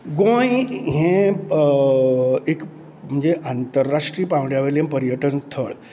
गोंय हें एक म्हणजे आंतरराष्ट्रीय पांवड्या वयलें पर्यटन थळ